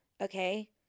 okay